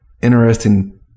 interesting